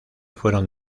fueron